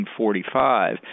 1945